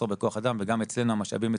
בכוח אדם וגם אצלנו המשאבים מצומצמים.